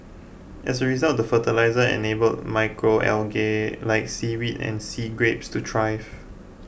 as a result the fertiliser enable macro algae like seaweed and sea grapes to thrive